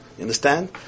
understand